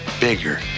bigger